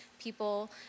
people